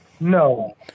No